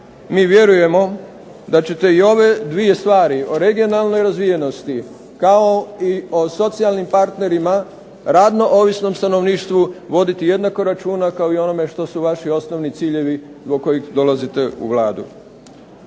mi vjerujemo da ćete i ove dvije stvari o regionalnoj razvijenosti kao i o socijalnim partnerima, radno ovisnom stanovništvu voditi jednako računa kao i o onome što su vaši osnovni ciljevi zbog kojih dolazite u Vladu.